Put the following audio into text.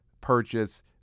purchase